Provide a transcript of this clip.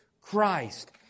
Christ